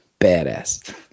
badass